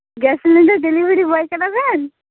gas cylinder delivery boy ᱠᱟᱱᱟ ᱵᱮᱱ